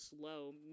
slow